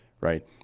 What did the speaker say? right